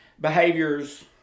behaviors